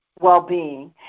well-being